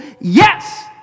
Yes